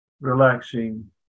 relaxing